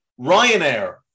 Ryanair